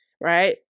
right